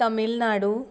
Tamil Nadu